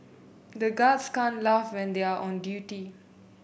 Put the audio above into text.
the guards can't laugh when they are on duty